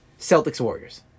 Celtics-Warriors